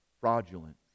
fraudulent